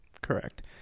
Correct